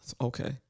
Okay